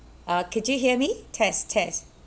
uh could you hear me test test